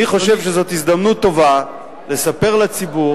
אני חושב שזאת הזדמנות טובה לספר לציבור